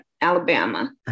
Alabama